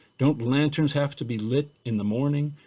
don't lanterns have to be lit in the morning?